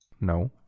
No